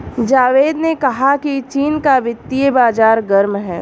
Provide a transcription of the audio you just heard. जावेद ने कहा कि चीन का वित्तीय बाजार गर्म है